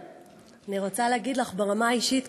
אני רוצה להגיד לך ברמה האישית,